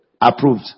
approved